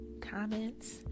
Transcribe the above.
Comments